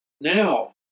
Now